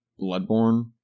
Bloodborne